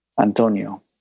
antonio